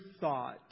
thought